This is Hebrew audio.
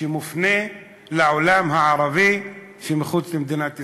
שמופנה לעולם הערבי שמחוץ למדינת ישראל.